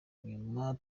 nyuma